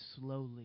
slowly